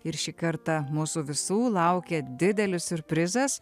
ir šį kartą mūsų visų laukia didelis siurprizas